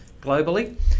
globally